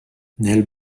nel